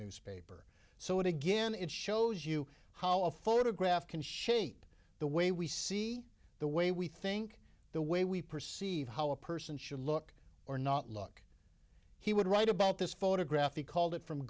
newspaper so it again it shows you how a photograph can shape the way we see the way we think the way we perceive how a person should look or not look he would write about this photograph he called it from